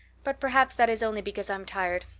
but perhaps that is only because i'm tired.